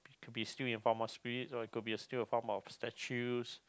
could be still in a form of spirits or it could be a still a form of statues